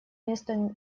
место